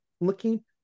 looking